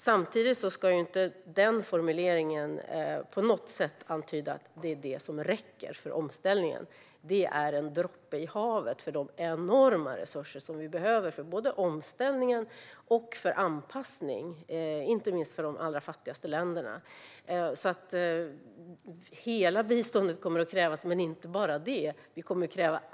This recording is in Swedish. Samtidigt ska inte den här formuleringen på något sätt antyda att det är vad som räcker för omställningen. Detta är en droppe i havet för de enorma resurser som vi behöver för både omställning och anpassning, inte minst för de allra fattigaste länderna. Hela biståndet kommer att krävas men inte bara det.